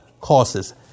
causes